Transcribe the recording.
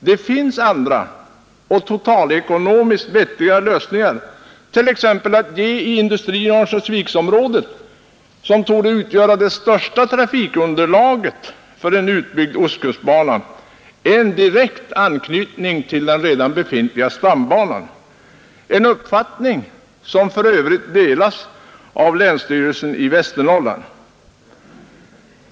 Det finns andra och totalekonomiskt vettigare lösningar, t.ex. att ge industrin i Örnsköldsviksområdet, som torde utgöra det största trafikunderlaget för en utbyggd ostkustbana, en direkt anknytning till den redan befintliga stambanan. Den uppfattningen delas för övrigt av länsstyrelsen i Västernorrland.